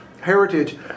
heritage